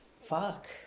fuck